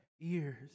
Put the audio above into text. ears